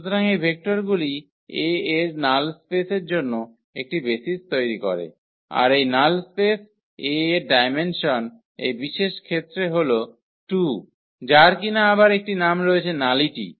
সুতরাং এই ভেক্টরগুলি A এর নাল স্পেসের জন্য একটি বেসিস তৈরি করে আর এই নাল স্পেস A এর ডায়মেনসন এই বিশেষ ক্ষেত্রে হল 2 যার কিনা আবার একটি নাম রয়েছে নালিটি